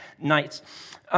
nights